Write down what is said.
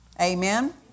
Amen